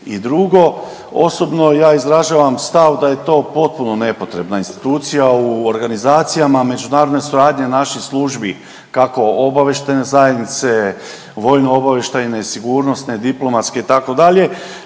I drugo, osobno ja izražavam stav da je to potpuno nepotrebna institucija u organizacijama međunarodne suradnje naših službi kako obavještajne zajednice, vojno-obavještajne, sigurnosne, diplomatske itd.